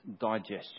digestion